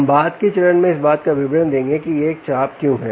हम बाद के चरण में इस बात का विवरण देंगे कि यह एक चाप क्यों है